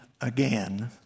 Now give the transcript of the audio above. again